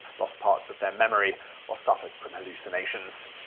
lost parts of their memory or suffered from hallucinations.